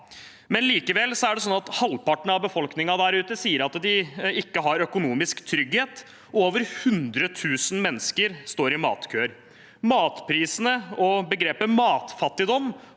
ha. Likevel sier halvparten av befolkningen der ute at de ikke har økonomisk trygghet, og over 100 000 mennesker står i matkøer. Matprisene og begrepet «matfattigdom»